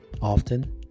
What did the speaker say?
often